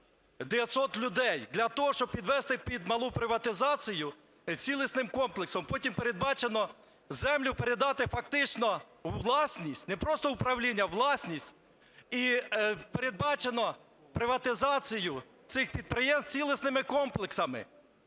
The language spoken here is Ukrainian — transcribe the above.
900 людей для того, щоб підвести під малу приватизацію цілісним комплексом. Потім передбачено землю передати фактично у власність, не просто в управління, у власність. І передбачено приватизацію цих підприємств цілісними комплексами.